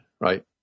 right